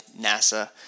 NASA